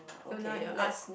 so now you'll ask